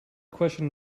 question